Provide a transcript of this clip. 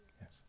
Yes